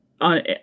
on